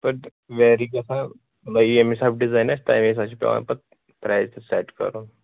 سُہ چھُ پَتہٕ ویری گژھان ییٚمہِ حسابہٕ ڈِزایِن آسہِ تمے حسابہٕ چھِ پیٚوان پَتہٕ پرایِز تہِ سیٚٹ کَرُن